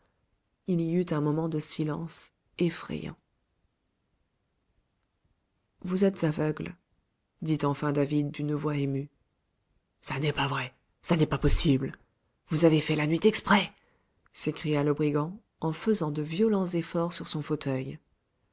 il y eut un moment de silence effrayant vous êtes aveugle dit enfin david d'une voix émue ça n'est pas vrai ça n'est pas possible vous avez fait la nuit exprès s'écria le brigand en faisant de violents efforts sur son fauteuil